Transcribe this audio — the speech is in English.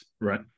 right